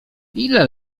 ile